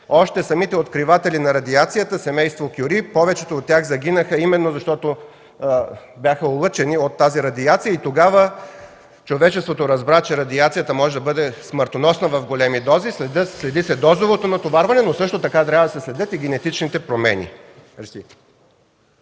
Още самите откриватели на радиацията – семейство Кюри, повечето от тях загинаха именно защото бяха облъчени от тази радиация. Тогава човечеството разбра, че радиацията може да бъде смъртоносна в големи дози. Следи се дозовото натоварване, но също така трябва да се следят и генетичните промени.